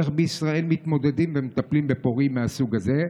איך בישראל מתמודדים ומטפלים בפורעים מהסוג הזה.